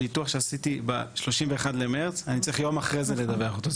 ניתוח שעשיתי ב-31 במרץ אני צריך יום אחרי זה לדווח אותו.